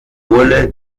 bulle